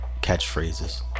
catchphrases